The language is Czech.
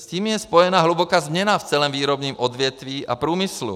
S tím je spojená hluboká změna v celém výrobním odvětví a průmyslu.